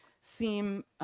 seem